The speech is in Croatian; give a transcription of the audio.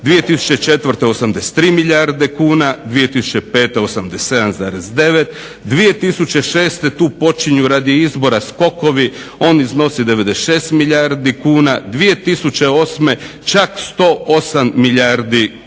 2004. 83 milijarde kuna, 2005. 87,9, 2006. tu počinju radi izbora skokovi, oni iznosi 96 milijardi kuna, 2007. čak 108 milijardi kuna.